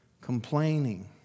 complaining